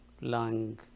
lung